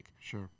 sure